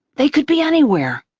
they could be anywhere.